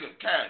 Cash